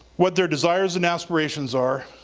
what their desires and aspirations are,